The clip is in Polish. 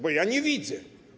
Bo ja nie widzę.